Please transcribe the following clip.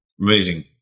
Amazing